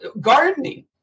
gardening